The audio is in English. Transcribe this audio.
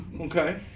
Okay